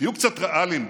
תהיו קצת ריאליים.